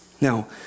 Now